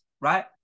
right